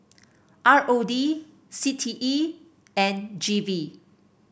R O D C T E and G V